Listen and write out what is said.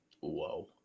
Whoa